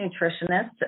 nutritionist